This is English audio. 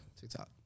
TikTok